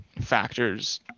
factors